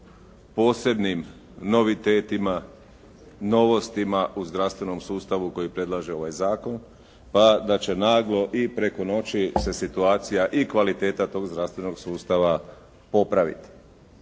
posebnim novitetima, novostima u zdravstvenom sustavu koje predlaže ovaj zakon pa da će naglo i preko noći se situacija i kvaliteta tog zdravstvenog sustava popraviti.